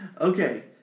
Okay